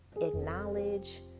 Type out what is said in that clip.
acknowledge